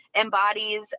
embodies